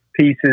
pieces